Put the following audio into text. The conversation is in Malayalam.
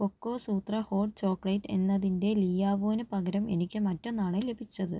കൊക്കോസൂത്ര ഹോട്ട് ചോക്ലേറ്റ് എന്നതിന്റെ ലിയാവോന് പകരം എനിക്ക് മറ്റൊന്നാണ് ലഭിച്ചത്